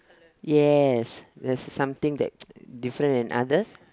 yes there's something that different in others